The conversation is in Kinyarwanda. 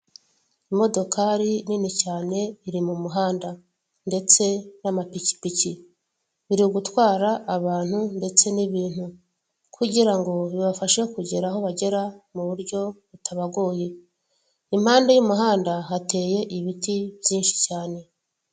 Imodokari nini cyane iri mumuhanda ndetse nama pikipiki biri gutwara abantu ndetse nibintu kugirango bibafashe kugera aho bagera muburyo butabagoye, impande y'umuhanda hateye ibiti byinshi cyane.